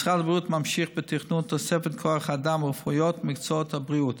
משרד הבריאות ממשיך בתכנון תוספות כוח אדם רפואיות ובמקצועות הבריאות,